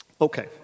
Okay